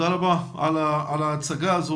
על ההצגה.